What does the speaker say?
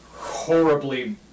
horribly